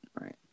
right